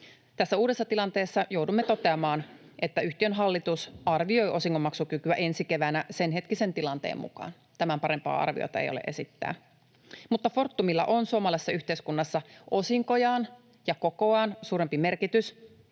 Tässä uudessa tilanteessa joudumme toteamaan, että yhtiön hallitus arvioi osingonmaksukykyä ensi keväänä senhetkisen tilanteen mukaan. Tämän parempaa arviota ei ole esittää, mutta Fortumilla on suomalaisessa yhteiskunnassa osinkojaan ja kokoaan suurempi merkitys.